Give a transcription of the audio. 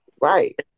Right